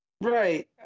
Right